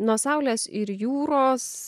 nuo saulės ir jūros